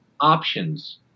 options